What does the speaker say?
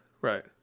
Right